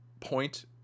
point